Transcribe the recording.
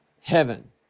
heaven